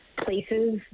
places